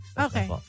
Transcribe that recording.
Okay